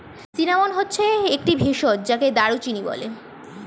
cinnamon হচ্ছে একটি ভেষজ যাকে দারুচিনি বলে